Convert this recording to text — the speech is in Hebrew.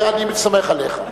אני סומך עליך.